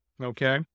okay